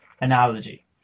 analogy